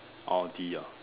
Audi ah